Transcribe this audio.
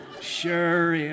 Sure